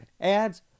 ads